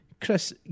Chris